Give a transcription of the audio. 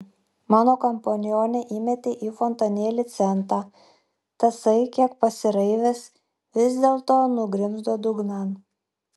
mano kompanionė įmetė į fontanėlį centą tasai kiek pasiraivęs vis dėlto nugrimzdo dugnan